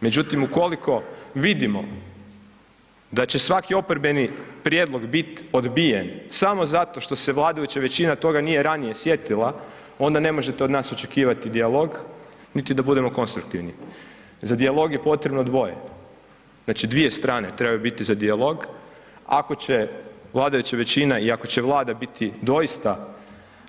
Međutim, ukoliko vidimo da će svaki oporbeni prijedlog biti odbijen samo zato što se vladajuća većina toga nije ranije sjetila onda ne možete od nas očekivati dijalog niti da budemo konstruktivni, za dijalog je potrebno dvoje, znači dvije strane trebaju biti za dijalog, ako će vladajuća većina i ako će Vlada biti doista